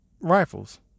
rifles